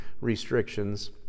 restrictions